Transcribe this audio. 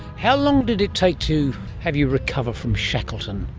how long did it take to have you recover from shackleton?